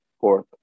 Fourth